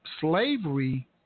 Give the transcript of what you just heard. slavery